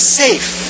safe